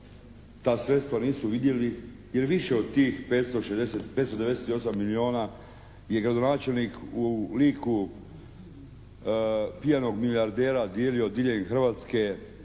ta sredstva nisu vidjeli jer više od tih 560, 598 milijona je gradonačelnik u Liku pijanog milijardera dijelio diljem Hrvatske